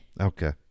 Okay